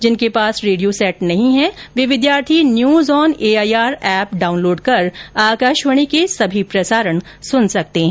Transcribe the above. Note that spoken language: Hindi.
जिनके पास रेडियो सेट नहीं है वे विद्यार्थी news on AIR app download कर आकाशवाणी के सभी प्रसारण सुन सकते है